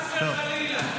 חס וחלילה.